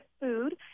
food